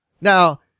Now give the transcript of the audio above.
Now